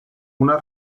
una